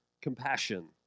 compassion